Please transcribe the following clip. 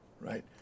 right